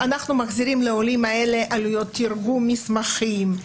אנחנו מחזירים לעולים האלה עלויות תרגום מסמכים,